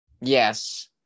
yes